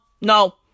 no